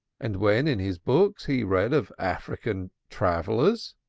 and when in his books he read of african travellers,